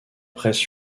presse